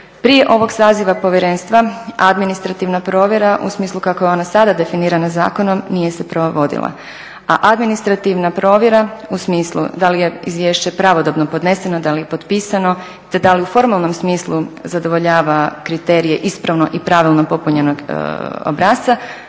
Prije ovog saziva povjerenstva administrativna provjera u smislu kako je ona sada definirana zakonom nije se provodila, a administrativna provjera u smislu da li je izvješće pravodobno podneseno, da li potpisano te da li u formalnom smislu zadovoljava kriterije ispravno i pravilno popunjenog obrasca,